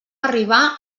arribar